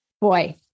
boy